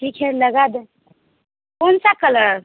ठीक है लगा दें कौन सा कलर